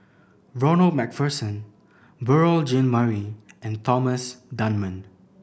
Ronald Macpherson Beurel Jean Marie and Thomas Dunman